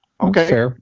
Okay